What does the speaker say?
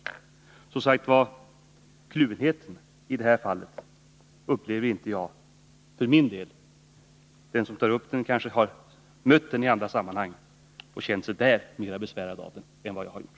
Någon kluvenhet upplever som sagt inte jag. Den som tar upp den saken kanske har mött den i andra sammanhang och där känt sig mera besvärad av den än jag har gjort.